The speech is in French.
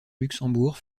luxembourg